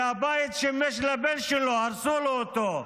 והבית ששימש את הבן שלו, הרסו לו אותו.